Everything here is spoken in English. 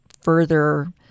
further